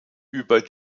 über